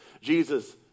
Jesus